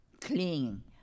clean